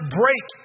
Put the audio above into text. break